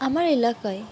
আমার এলাকায়